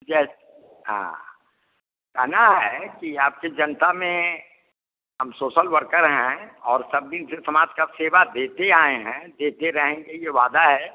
yes हाँ कहना है कि आपकी जनता में हम सोशल वर्कर हैं और सब दिन से समाज का सेवा देते आए हैं देते रहेंगे यह वादा है